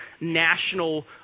national